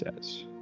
says